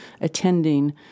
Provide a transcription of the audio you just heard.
attending